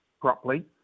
properly